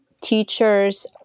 teachers